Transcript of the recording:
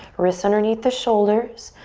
wrists underneath the shoulders.